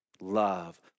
love